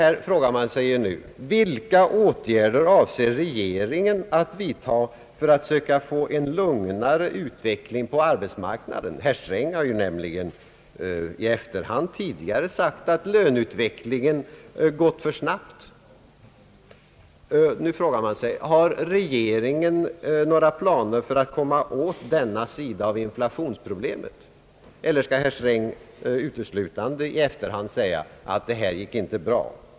Man frågar sig nu: Vilka åtgärder avser regeringen att vidta för att söka få en lugnare utveckling på arbetsmarknaden? Herr Sträng har nämligen tidigare i efterhand sagt att löneutvecklingen gått för snabbt. Har regeringen några planer för att komma åt denna sida av inflationsproblemet, eller skall herr Sträng uteslutande i efterhand säga att det inte gick bra?